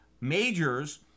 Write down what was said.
majors